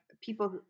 people